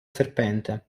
serpente